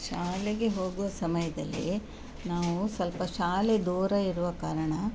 ಶಾಲೆಗೆ ಹೋಗುವ ಸಮಯದಲ್ಲಿ ನಾವು ಸ್ವಲ್ಪ ಶಾಲೆ ದೂರ ಇರುವ ಕಾರಣ